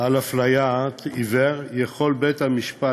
על הפליית עיוור, יכול בית-המשפט